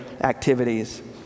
activities